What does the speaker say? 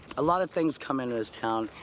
a lot of things come into this town,